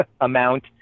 amount